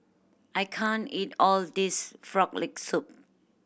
I can't eat all of this Frog Leg Soup